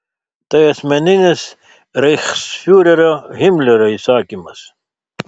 tai asmeninis reichsfiurerio himlerio įsakymas